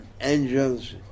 angels